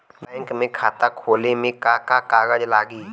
Bank में खाता खोले मे का का कागज लागी?